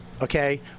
Okay